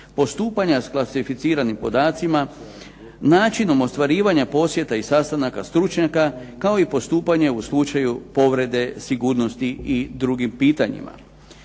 postupanja s klasificiranim podacima, načinom ostvarivanja posjeta i sastanaka stručnjaka kao i postupanje u slučaju povrede sigurnosti i drugim pitanjima.